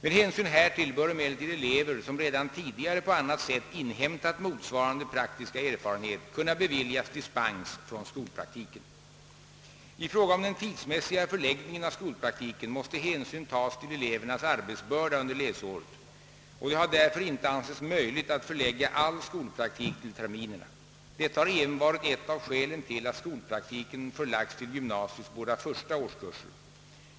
Med hänsyn härtill bör emellertid elever som redan tidigare på annat sätt inhämtat motsvarande praktiska erfarenhet kunna beviljas dispens från skolpraktiken. I fråga om den tidsmässiga förläggningen av skolpraktiken måste hänsyn tagas till elevernas arbetsbörda under läsåret, och det har därför inte ansetts möjligt att förlägga all skolpraktik till terminerna. Detta har även varit ett av skälen till att skolpraktiken förlagts till gymnasiets båda första årskurser.